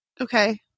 okay